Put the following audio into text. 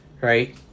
right